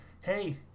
hey